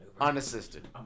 unassisted